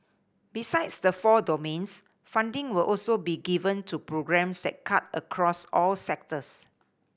besides the four domains funding will also be given to programmes that cut across all sectors